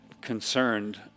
concerned